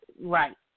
Right